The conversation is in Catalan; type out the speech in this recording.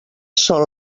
són